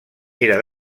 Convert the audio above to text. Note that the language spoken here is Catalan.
era